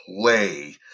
play